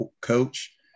coach